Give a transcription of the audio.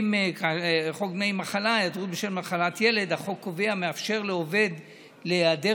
חוק דמי מחלה (היעדרות בשל מחלת ילד) מאפשר לעובד להיעדר